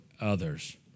others